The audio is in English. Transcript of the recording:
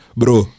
bro